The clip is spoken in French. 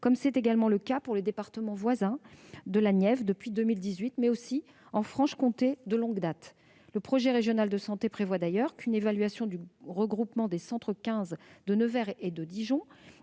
déjà en place depuis 2018 dans le département voisin de la Nièvre, mais aussi en Franche-Comté de longue date. Le projet régional de santé prévoit d'ailleurs qu'une évaluation du regroupement des centres 15 de Nevers et de Dijon,